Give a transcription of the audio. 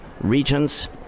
regions